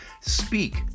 speak